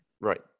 Right